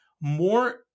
more